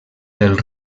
del